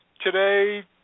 today